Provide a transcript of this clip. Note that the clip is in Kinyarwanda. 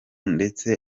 ndetse